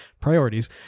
priorities